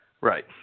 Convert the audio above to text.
Right